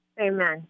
Amen